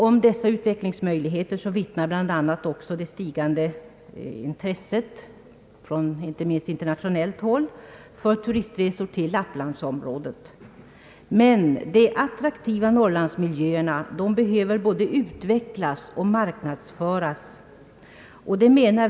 Om dessa utvecklingsmöjligheter vittnar bl.a. det stigande intresset inte minst från internationellt håll för turistresor till lapplandsområdet, De attraktiva norrlandsmiljöerna behöver emellertid både utvecklas och marknadsföras.